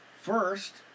First